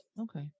Okay